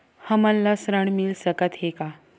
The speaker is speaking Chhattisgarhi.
हमन ला ऋण मिल सकत हे का?